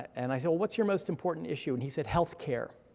and i said, what's your most important issue? and he said, healthcare.